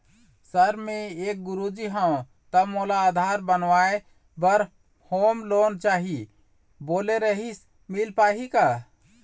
Sir मे एक गुरुजी हंव ता मोला आधार बनाए बर होम लोन चाही बोले रीहिस मील पाही का?